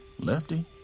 Lefty